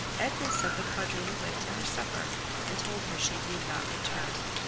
edna sent the quadroon away to her supper and told her she need not return.